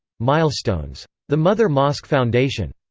milestones. the mother mosque foundation.